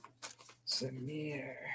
Samir